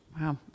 Wow